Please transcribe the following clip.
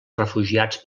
refugiats